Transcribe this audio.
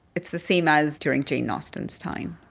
it's the same as during jane austen's time